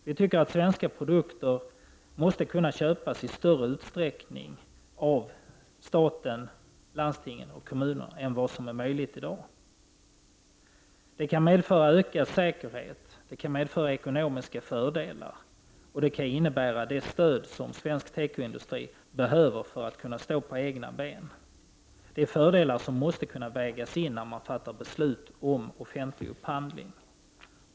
Vi tycker att svenska produkter måste kunna köpas i större utsträckning av staten, landstingen och kommunerna, än vad som är möjligt i dag. Det kan medföra ökad säkerhet och ekonomiska fördelar, och det kan innebära det stöd som svensk tekoindustri behöver för att kunna stå på egna ben. Det är fördelar som måste vägas in, när man fattar beslut om offentlig upphandling.